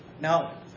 now